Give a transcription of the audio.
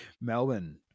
Melbourne